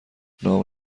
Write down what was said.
نام